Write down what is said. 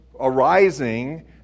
arising